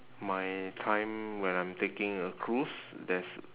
my time when I am taking a cruise there's